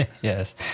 Yes